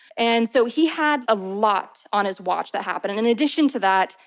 and so he had a lot on his watch that happened. in addition to that,